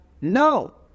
No